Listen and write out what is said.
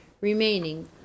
remaining